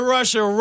Russia